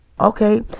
okay